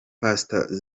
pastor